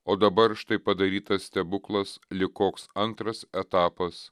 o dabar štai padarytas stebuklas lyg koks antras etapas